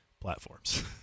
platforms